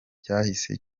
cyahise